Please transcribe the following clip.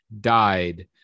died